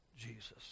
Jesus